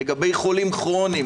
לגבי חולים כרוניים,